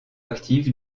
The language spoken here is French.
actif